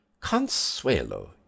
Consuelo